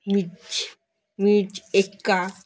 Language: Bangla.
মির মির্জা এক্কা